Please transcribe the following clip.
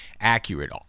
accurate